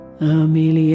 Amelia